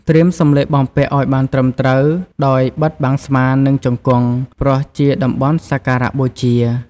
ត្រៀមសំលៀកបំពាក់ឲ្យបានត្រឹមត្រូវ ដោយបិទបាំងស្មា និងជង្គង់ ព្រោះជាតំបន់សក្ការៈបូជា។